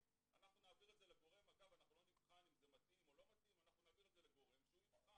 אנחנו לא נבחן אם זה מתאים או לא מתאים אלא נעביר את זה לגורם שיבחן.